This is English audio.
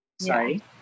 Sorry